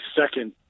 second